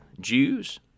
Jews